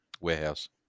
warehouse